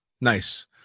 Nice